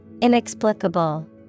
Inexplicable